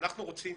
שאנחנו רוצים